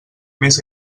més